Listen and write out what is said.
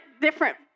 different